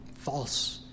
False